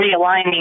realigning